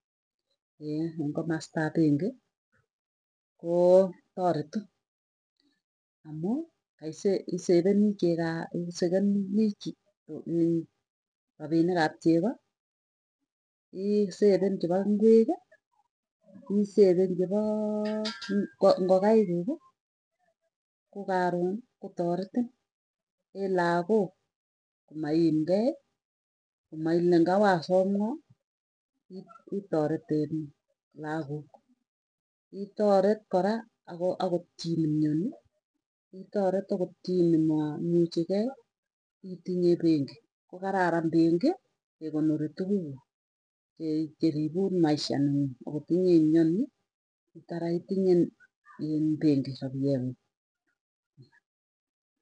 ing komastap pengi, koo tareti amuu kai isavenii rapinik ap chego i save chepo ngeki, i save chepoo ngokaik kuuk ko karoni kotaretin, en lakook komaimkei, komaile ngawasom ng'oo itareten laakuk itaret kora akot chii neimiani itaret akot chii nema muchikei itinye pengi ko kararan pengi kekonori tukukuk. Cheripun maisha neng'ung akot iye imianii tara itinyee ing pengi rapie ngung ee.